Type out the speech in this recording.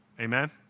Amen